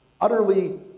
utterly